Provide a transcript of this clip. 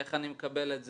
איך אני מקבל את זה,